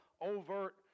overt